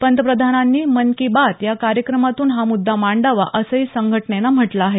पंतप्रधानांनी मन की बात या कार्यक्रमातून हा मुद्दा मांडावा असंही संघटनेनं म्हटलं आहे